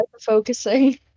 focusing